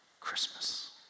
Christmas